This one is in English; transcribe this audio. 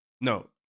No